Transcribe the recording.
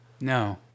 No